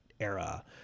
era